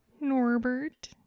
norbert